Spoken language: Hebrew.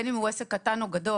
אין אם הוא עסק קטן או גדול,